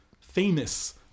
famous